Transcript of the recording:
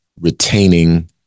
retaining